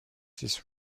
this